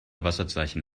wasserzeichen